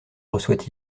reçoit